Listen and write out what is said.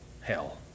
hell